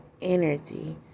energy